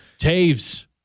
Taves